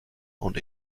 und